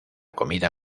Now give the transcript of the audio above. comida